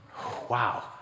Wow